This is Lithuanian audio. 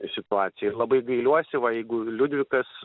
situacija ir labai gailiuosi jeigu liudvikas